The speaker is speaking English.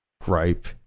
gripe